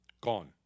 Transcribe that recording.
gone